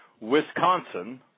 Wisconsin